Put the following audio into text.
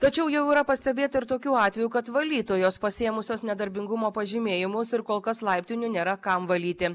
tačiau jau yra pastebėta ir tokių atvejų kad valytojos pasiėmusios nedarbingumo pažymėjimus ir kol kas laiptinių nėra kam valyti